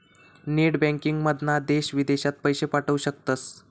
net बँकिंगमधना देश विदेशात पैशे पाठवू शकतास